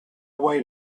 wait